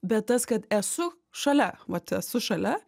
bet tas kad esu šalia vat esu šalia